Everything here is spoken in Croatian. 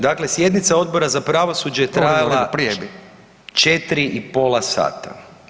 Dakle, sjednica Odbora za pravosuđe ... [[Upadica se ne čuje.]] je trajala 4 i pola sata.